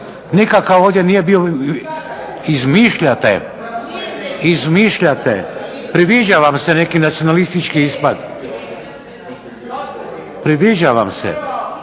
Nikakav ovdje nije bio, izmišljate, izmišljate. Priviđa vam se neki nacionalistički ispad. … /Upadica se